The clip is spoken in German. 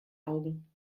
augen